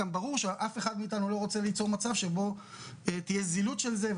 גם ברור שאף אחד מאיתנו לא רוצה ליצור מצב שבו תהיה זילות של זה,